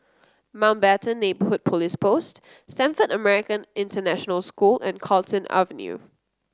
Mountbatten Neighbourhood Police Post Stamford American International School and Carlton Avenue